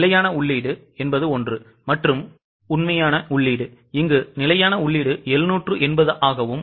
நிலையான உள்ளீடு மற்றும் 780 உண்மையான உள்ளீடு 750 ஆகும்